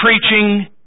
preaching